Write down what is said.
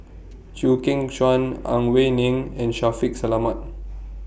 Chew Kheng Chuan Ang Wei Neng and Shaffiq Selamat